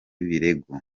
birego